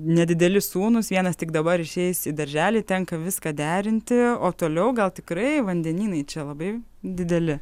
nedideli sūnūs vienas tik dabar išeis į darželį tenka viską derinti o toliau gal tikrai vandenynai čia labai dideli